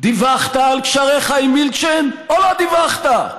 דיווחת על קשריך עם מילצ'ן או לא דיווחת?